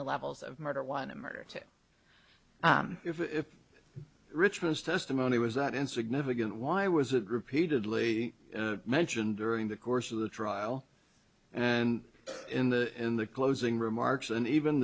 the levels of murder one and murder two if richmond's testimony was not in significant why was it repeatedly mentioned during the course of the trial and in the in the closing remarks and even